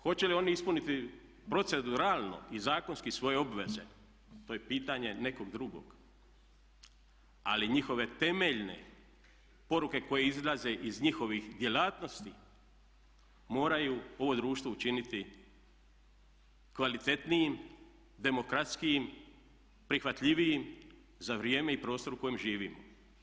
Hoće li oni ispuniti proceduralno i zakonski svoje obveze to je pitanje nekog drugog, ali njihove temeljne poruke koje izlaze iz njihovih djelatnosti moraju ovo društvo učiniti kvalitetnijim, demokratskijim, prihvatljivijim za vrijeme i prostor u kojem živimo.